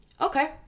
okay